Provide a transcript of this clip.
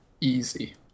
easy